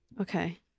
Okay